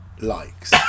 likes